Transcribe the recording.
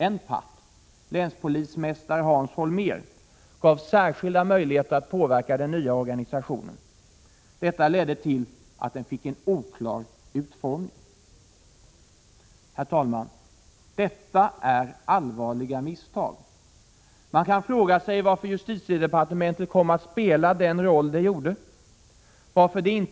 En part, länspolismästare Hans Holmér, gavs särskilda möjligheter att påverka den nya organisationen. Detta ledde till att den fick en oklar utformning. Herr talman! Detta är allvarliga misstag. Man kan fråga sig varför justitiedepartementet kom att spela den roll det gjorde, varför det inte = Prot.